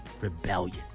rebellion